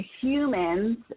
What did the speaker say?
humans